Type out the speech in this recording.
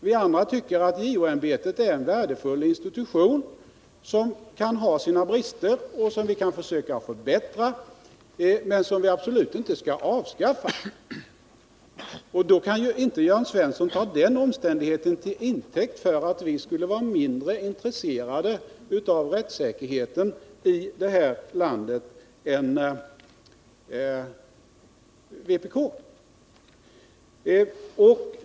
Vi andra tycker att JO-ämbetet är en värdefull institution som kan ha sina brister och som vi skall försöka förbättra men som vi absolut inte bör avskaffa. Jörn Svensson kan inte ta den omständigheten till intäkt för att vi skulle vara mindre intresserade av rättssäkerheten här i landet än vpk.